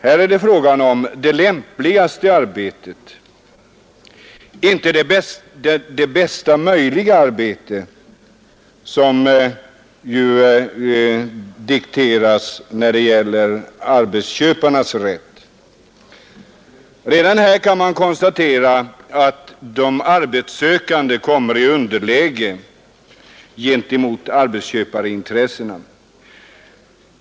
Här är det fråga om det lämpligaste arbetet — inte det bästa möjliga arbetet, som det ju dikteras när det gäller arbetsköparnas rätt. Redan här kan man konstatera att de arbetssökande kommer i underläge gentemot arbetskö parintressena.